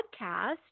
podcast